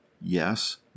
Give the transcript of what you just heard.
yes